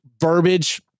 verbiage